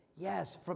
Yes